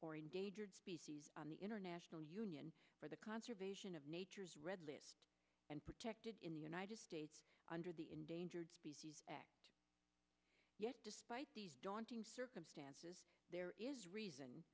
or endangered species on the international union for the conservation of nature's red list and protected in the united states under the endangered species act yet despite daunting circumstances there is reason